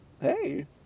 Hey